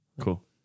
Cool